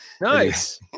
Nice